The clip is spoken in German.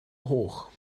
hoch